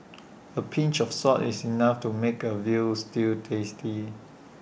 A pinch of salt is enough to make A Veal Stew tasty